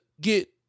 get